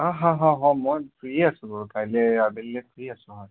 অঁ হ হ হ মই ফ্ৰী আছোঁ কাইলৈ আবেলিলৈ ফ্ৰী আছোঁ